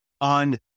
on